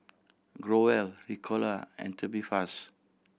Growell Ricola and Tubifast